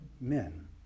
Men